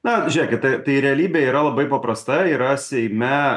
na žėkit tai tai realybė yra labai paprasta yra seime